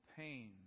pain